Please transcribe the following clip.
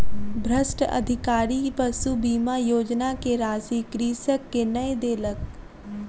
भ्रष्ट अधिकारी पशु बीमा योजना के राशि कृषक के नै देलक